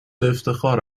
افتخار